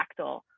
fractal